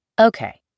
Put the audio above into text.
Okay